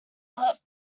but